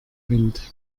wind